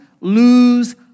lose